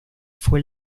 fue